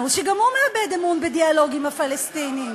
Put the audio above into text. שגם הוא מאבד אמון בדיאלוג עם הפלסטינים,